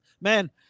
man